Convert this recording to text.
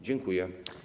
Dziękuję.